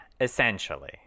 essentially